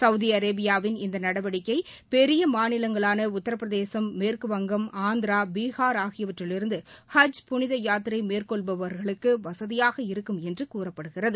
Saudi அரேபியாவின் இந்த நடவடிக்கை பெரிய மாநிலங்களான உத்தரபிரதேசம் மேற்குவங்கம் ஆந்திரா பீகார் ஆகியவற்றிலிருந்து ஹஜ் புனித யாத்திரை மேற்கொள்பவர்களுக்கு வசதியாக இருக்கும் என்று கூறப்படுகிறது